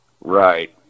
right